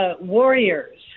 Warriors